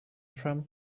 from